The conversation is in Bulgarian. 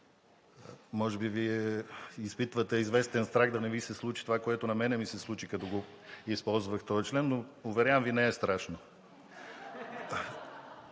Може би Вие изпитвате известен страх да не Ви се случи това, което на мен ми се случи, като използвах този член, но уверявам Ви не е страшно.